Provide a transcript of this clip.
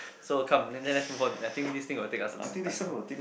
so come let's let's move on I think this thing will take us a long time